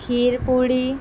کھیر پوڑی